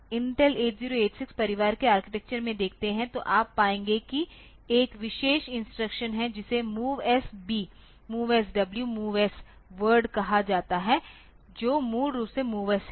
तो यदि आप इंटेल 8086 परिवार के आर्किटेक्चर में देखते हैं तो आप पाएंगे कि एक विशेष इंस्ट्रक्शन है जिसे MOVS B MOVS W MOVS word कहा जाता है जो मूल रूप से MOVS है